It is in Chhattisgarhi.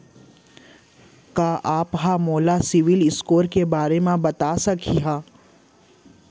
का आप हा मोला सिविल स्कोर के बारे मा बता सकिहा?